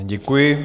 Děkuji.